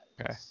Okay